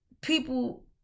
people